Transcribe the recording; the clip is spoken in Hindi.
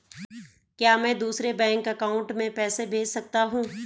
क्या मैं दूसरे बैंक अकाउंट में पैसे भेज सकता हूँ?